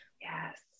Yes